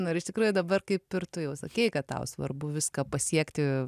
nu ir iš tikrųjų dabar kaip ir tu jau sakei kad tau svarbu viską pasiekti